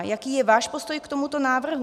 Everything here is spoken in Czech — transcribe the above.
Jaký je váš postoj k tomuto návrhu?